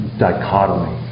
dichotomy